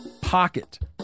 pocket